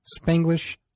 Spanglish